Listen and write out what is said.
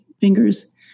fingers